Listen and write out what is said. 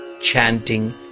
chanting